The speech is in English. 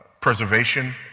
preservation